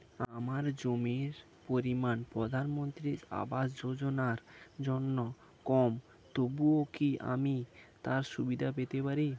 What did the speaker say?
আমার জমির পরিমাণ প্রধানমন্ত্রী আবাস যোজনার জন্য কম তবুও কি আমি তার সুবিধা পেতে পারি?